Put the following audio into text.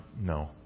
No